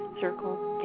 circle